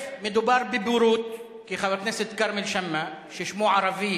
מדובר בבורות, כי חבר הכנסת כרמל שאמה, ששמו ערבי